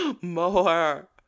More